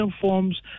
forms